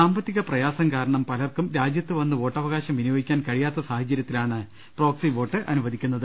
സാമ്പത്തിക പ്രയാസം കാരണം പലർക്കും രാജ്യത്ത് വന്ന് വോട്ടവകാശം വിനിയോഗിക്കാൻ കഴിയാത്ത സാഹച ര്യത്തിലാണ് പ്രോക്സി വോട്ട് അനുവദിക്കുന്നത്